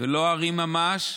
ולא הרים ממש.